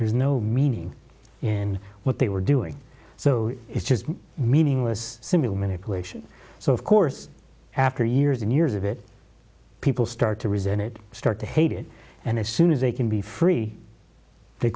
there's no meaning in what they were doing so it's just meaningless simple manipulation so of course after years and years of it people start to resent it start to hate it and as soon as they can be free they